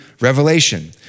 Revelation